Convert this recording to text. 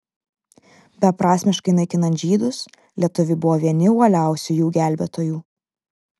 beprasmiškai naikinant žydus lietuviai buvo vieni uoliausių jų gelbėtojų